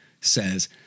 says